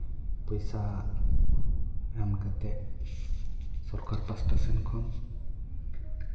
ᱯᱚᱭᱥᱟ ᱮᱢ ᱠᱟᱛᱮᱫ ᱥᱚᱨᱠᱟᱨ ᱯᱟᱥᱴᱟ ᱥᱮᱱ ᱠᱷᱚᱱ